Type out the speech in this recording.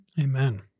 Amen